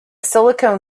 silicon